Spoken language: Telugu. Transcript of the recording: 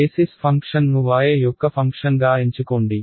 బేసిస్ ఫంక్షన్ను y యొక్క ఫంక్షన్గా ఎంచుకోండి